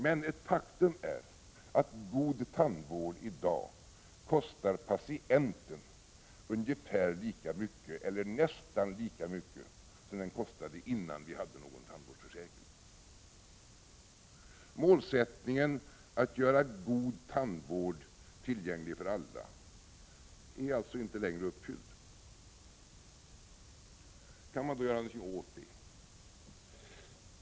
Men ett faktum är att god tandvård i dag kostar patienten ungefär lika mycket, eller nästan lika mycket, som den kostade innan vi hade någon tandvårdsförsäkring. Målsättningen att göra god tandvård tillgänglig för alla är alltså inte längre uppfylld. Kan man då göra något åt det?